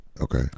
Okay